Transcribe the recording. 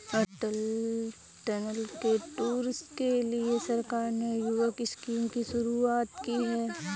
अटल tunnel के tour के लिए सरकार ने युवक स्कीम की शुरुआत की है